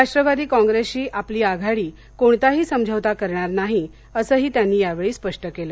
राष्ट्रवादी कॉंग्रेसशी आपली आघाडी कोणताही समझौता करणार नाही असंही त्यांनी यावेळी स्पष्ट केलं